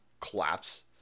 collapse